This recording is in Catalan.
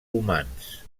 humans